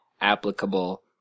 applicable